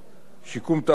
שיקום תעסוקתי,